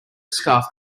scarf